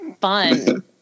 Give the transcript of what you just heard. fun